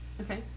Okay